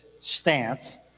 stance